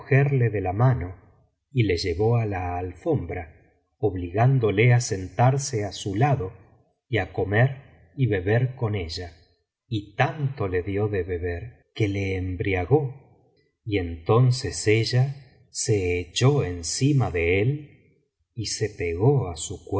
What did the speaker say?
de la mano y le llevó á la alfombra obligándole á sentarse á su lado y á comer y beber con ella y tanto le dio ele beber que le embriagó y entonces ella se echó encima de él y se pegó á su